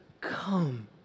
Come